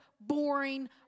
boring